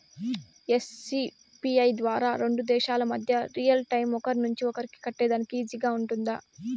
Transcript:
NCPI ద్వారా రెండు దేశాల మధ్య రియల్ టైము ఒకరి నుంచి ఒకరికి కట్టేదానికి ఈజీగా గా ఉంటుందా?